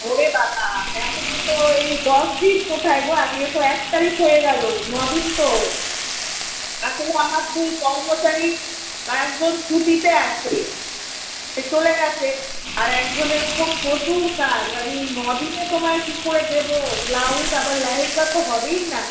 ওরে বাবা এখন তো এই দশ দিন কোথায় গো আজকে তো এক তারিখ হয়ে গেলো ন দিন তো আসলে আমার দুই কর্মচারী তার একজন ছুটিতে আছে সে চলে গেছে আর একজনের উপর প্রচুর কাজ আমি ন দিনে তোমায় কি করে দেবো ব্লাউজ আবার লেহেঙ্গা তো হবেই না